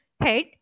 head